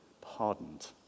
pardoned